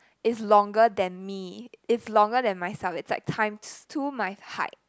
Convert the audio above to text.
is longer than me is longer than myself it's like times two my height